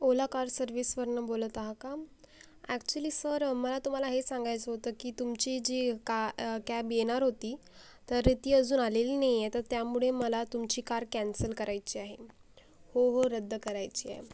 ओला car सर्विसवरून बोलत आहा का अॅक्च्युली सर मला तुम्हाला हे सांगायचं होतं की तुमची जी का कॅब येणार होती तर ती अजून आलेली नाही आहे तर त्यामुळे मला तुमची कार कॅन्सल करायची आहे हो हो रद्द करायची आहे